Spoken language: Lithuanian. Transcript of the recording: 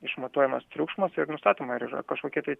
išmatuojamas triukšmas ir nustatoma ar yra kažkokie tai